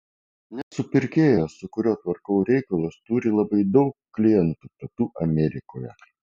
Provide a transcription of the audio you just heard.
nes supirkėjas su kuriuo tvarkau reikalus turi labai daug klientų pietų amerikoje